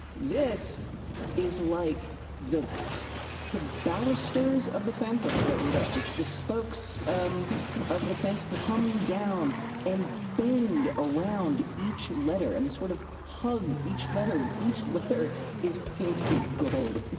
this is like the the balusters of the fence, i looked that word up. the spokes um of the fence, come down and bend around each letter and they sort of hug each letter, and each letter is painted gold!